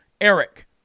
Eric